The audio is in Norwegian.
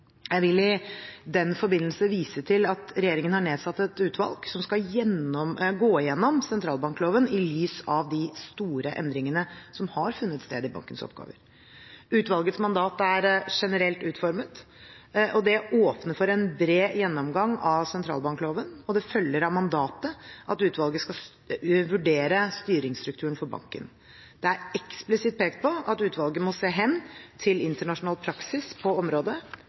Jeg vil i den forbindelse vise til at regjeringen har nedsatt et utvalg som skal gå gjennom sentralbankloven i lys av de store endringene som har funnet sted i bankens oppgaver. Utvalgets mandat er generelt utformet. Det åpner for en bred gjennomgang av sentralbankloven, og det følger av mandatet at utvalget skal vurdere styringsstrukturen for banken. Det er eksplisitt pekt på at utvalget må se hen til internasjonal praksis på området,